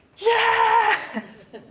Yes